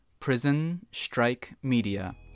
prisonstrikemedia